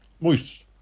moist